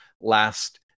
last